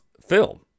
film